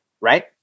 right